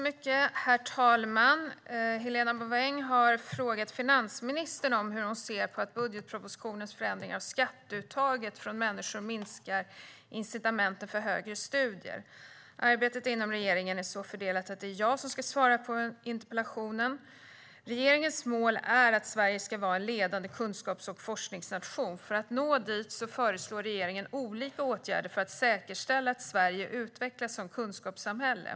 Herr talman! Helena Bouveng har frågat finansministern hur hon ser på att budgetpropositionens förändringar av skatteuttaget från människor minskar incitamenten för högre studier. Arbetet inom regeringen är så fördelat att det är jag som ska svara på interpellationen. Regeringens mål är att Sverige ska vara en ledande kunskaps och forskningsnation. För att nå dit föreslår regeringen olika åtgärder för att säkerställa att Sverige utvecklas som kunskapssamhälle.